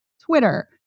Twitter